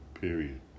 period